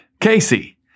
Casey